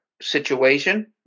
situation